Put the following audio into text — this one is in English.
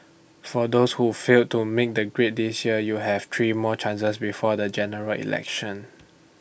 for those who failed to make the grade this year you have three more chances before the General Election